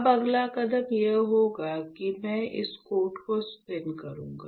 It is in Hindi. अब अगला कदम यह होगा कि मैं इस कोट को स्पिन करूंगा